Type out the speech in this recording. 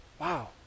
Wow